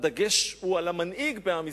הדגש הוא על המנהיג, בעם ישראל.